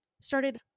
started